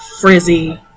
frizzy